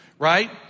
Right